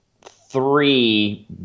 three